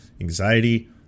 anxiety